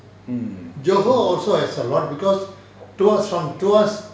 mm